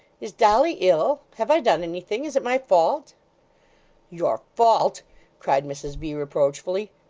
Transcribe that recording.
is dolly ill? have i done anything? is it my fault your fault cried mrs v. reproachfully.